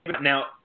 Now